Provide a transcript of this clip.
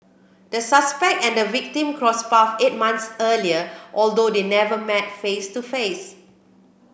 the suspect and victim crossed paths eight months earlier although they never met face to face